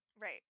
Right